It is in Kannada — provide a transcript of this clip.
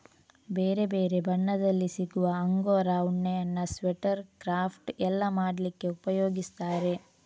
ಬೇರೆ ಬೇರೆ ಬಣ್ಣದಲ್ಲಿ ಸಿಗುವ ಅಂಗೋರಾ ಉಣ್ಣೆಯನ್ನ ಸ್ವೆಟರ್, ಕ್ರಾಫ್ಟ್ ಎಲ್ಲ ಮಾಡ್ಲಿಕ್ಕೆ ಉಪಯೋಗಿಸ್ತಾರೆ